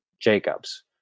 Jacobs